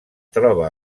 troba